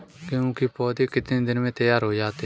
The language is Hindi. गेहूँ के पौधे कितने दिन में तैयार हो जाते हैं?